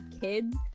kids